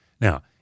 Now